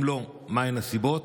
2. אם לא, מהן הסיבות?